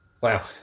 wow